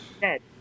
dead